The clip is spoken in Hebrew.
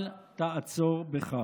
אל תעצור בכך.